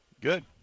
Good